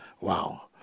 Wow